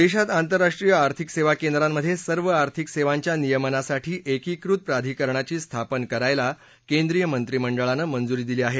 देशात आंतरराष्ट्रीय आर्थिक सेवा केंद्रांमध्ये सर्व आर्थिक सेवांच्या नियमनासाठी एकीकृत प्राधिकरणाची स्थापन करायला केंद्रीय मंत्रिमंडळानं मंजुरी दिली आहे